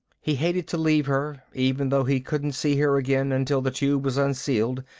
he hated to leave her, even though he couldn't see her again until the tube was unsealed.